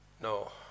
No